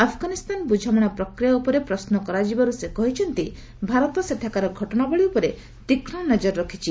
ଆଫ୍ଗାନିସ୍ତାନ ବୁଝାମଣା ପ୍ରକ୍ରିୟା ଉପରେ ପ୍ରଶ୍ୱ କରାଯିବାରୁ ସେ କହିଛନ୍ତି ଭାରତ ସେଠାକାର ଘଟଣାବଳୀ ଉପରେ ତୀକ୍ଷ୍ମ ନଜର ରଖିଛି